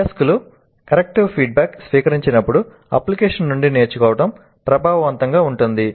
అభ్యాసకులు corrective feedback స్వీకరించినప్పుడు application నుండి నేర్చుకోవడం ప్రభావవంతంగా ఉంటుంది